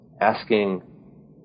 asking